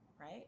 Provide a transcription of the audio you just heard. Right